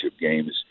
games